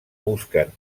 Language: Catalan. busquen